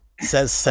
says